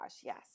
yes